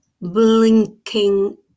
blinking